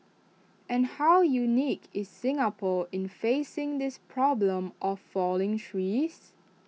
and how unique is Singapore in facing this problem of falling trees